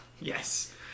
Yes